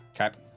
Okay